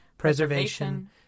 Preservation